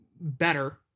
better